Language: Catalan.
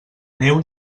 neu